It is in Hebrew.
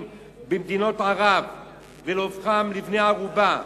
במדינות ערב ולהופכם לבני ערובה.